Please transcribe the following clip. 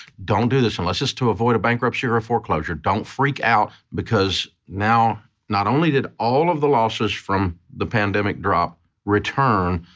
don't do this, unless it's to avoid a bankruptcy or foreclosure, don't freak out because now, not only did all of the losses from the pandemic drop return,